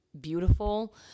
beautiful